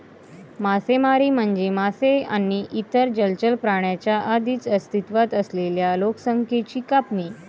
मासेमारी म्हणजे मासे आणि इतर जलचर प्राण्यांच्या आधीच अस्तित्वात असलेल्या लोकसंख्येची कापणी